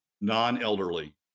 non-elderly